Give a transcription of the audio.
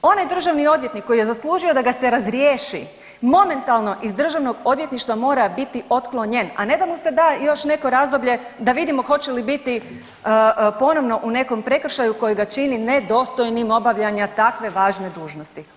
Onaj državni odvjetnik koji je zaslužio da ga se razriješi, momentalno iz državnog odvjetništva mora biti otklonjen, a ne da mu se da još neko razdoblje da vidimo hoće li biti ponovno u nekom prekršaju kojega čini nedostojnim obavljanja takve važne dužnosti.